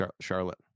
Charlotte